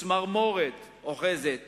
צמרמורת אוחזת